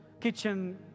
kitchen